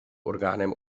orgánem